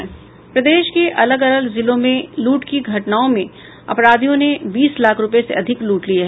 प्रदेश के अलग अलग जिलों में लूट की घटनाओं में अपराधियों ने बीस लाख रुपये से अधिक लूट लिये